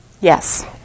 Yes